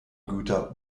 güter